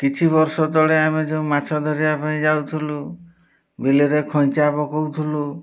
କିଛି ବର୍ଷ ତଳେ ଆମେ ଯେଉଁ ମାଛ ଧରିବା ପାଇଁ ଯାଉଥିଲୁ ବିଲରେ ଖଇଞ୍ଚା ପକାଉଥିଲୁ